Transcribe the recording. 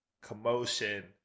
commotion